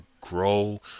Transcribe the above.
grow